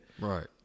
right